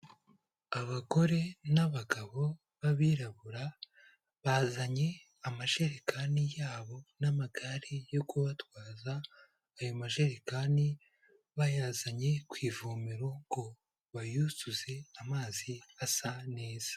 Abagore n'abagabo b'abirabura, bazanye amajerekani yabo n'amagare yo kubatwaza, ayo majerekani bayazanye ku ivomero ngo bayuzuze amazi asa neza.